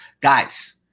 guys